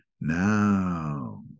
Now